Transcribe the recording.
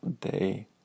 day